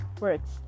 works